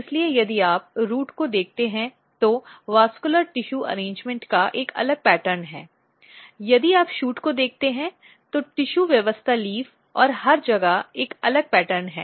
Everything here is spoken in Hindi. इसलिए यदि आप रूट को देखते हैं तो वेस्क्यलर टिशू व्यवस्था का एक अलग पैटर्न है यदि आप शूट देखते हैं तो टिशू व्यवस्था लीफ और हर जगह एक अलग पैटर्न है